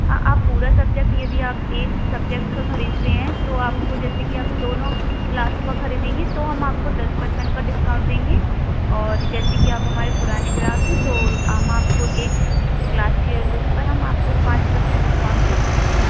हाँ आप पूरा सब्जेक्ट यदि आप एक सब्जेक्ट का ख़रीदते हैं तो आपको जैसे कि आप दोनों क्लासों का ख़रीदेंगे तो हम आपको दस परसेंट का डिस्काउट देंगे और जैसे कि आप हमारे पुराने ग्राहक हैं तो हम आपको एक क्लास के उस पर हम आपको पाँच परसेंट डिस्काउंट दे सकते हैं